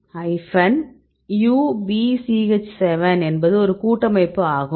E6AP UbcH7 என்பது ஒரு கூட்டமைப்பு ஆகும்